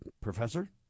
Professor